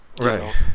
right